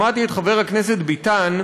שמעתי את חבר הכנסת ביטן,